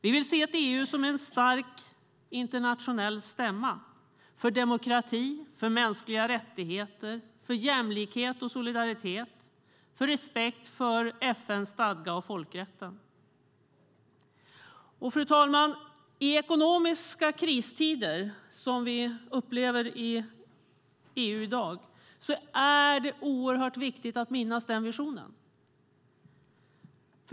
Vi vill se EU som en stark internationell stämma för demokrati, för mänskliga rättigheter, för jämlikhet och solidaritet, för respekt för FN:s stadga och för folkrätten. Fru talman! I ekonomiska kristider, som vi upplever i EU i dag, är det oerhört viktigt att minnas denna vision.